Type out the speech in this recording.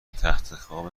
تختخواب